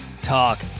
Talk